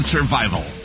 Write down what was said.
Survival